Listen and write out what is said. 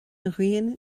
ghrian